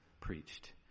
preached